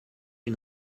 une